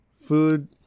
food